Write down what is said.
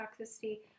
toxicity